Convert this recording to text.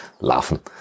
laughing